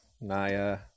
Naya